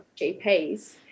GPs